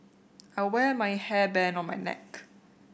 I wear my hairband on my neck